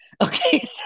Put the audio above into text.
Okay